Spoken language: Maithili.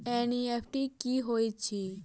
एन.ई.एफ.टी की होइत अछि?